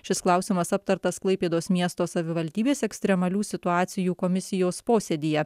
šis klausimas aptartas klaipėdos miesto savivaldybės ekstremalių situacijų komisijos posėdyje